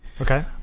Okay